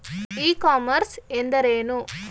E commerce ಎಂದರೇನು?